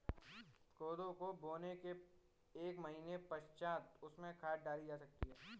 कोदो को बोने के एक महीने पश्चात उसमें खाद डाली जा सकती है